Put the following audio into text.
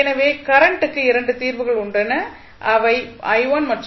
எனவே கரண்ட் க்கு 2 தீர்வுகள் உண்டு அவை மற்றும்